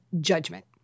judgment